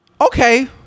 Okay